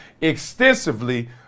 extensively